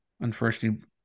Unfortunately